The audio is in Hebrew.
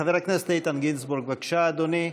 חבר הכנסת איתן גינזבורג, בבקשה, אדוני.